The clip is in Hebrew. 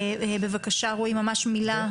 בבקשה, רועי, ממש מילה.